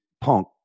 Punk